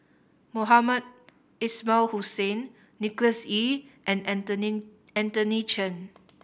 Mohamed Ismail Hussain Nicholas Ee and Anthony Chen